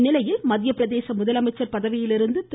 இதனிடையே மத்திய பிரதேச முதலமைச்சர் பதவியிலிருந்து திரு